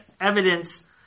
evidence